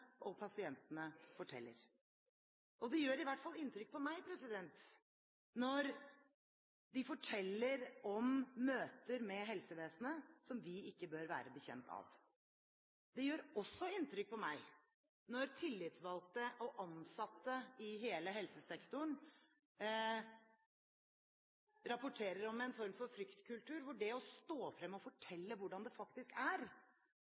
og pasientene forteller. Det gjør i hvert fall inntrykk på meg når de forteller om møter med helsevesenet som vi ikke bør være bekjent av. Det gjør også inntrykk på meg når tillitsvalgte og ansatte i hele helsesektoren rapporterer om en form for fryktkultur, hvor det å stå frem og fortelle hvordan det faktisk er,